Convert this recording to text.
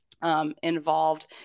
Involved